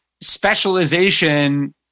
specialization-